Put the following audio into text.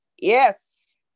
Yes